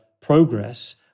progress